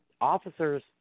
officers